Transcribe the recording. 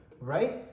right